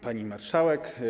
Pani Marszałek!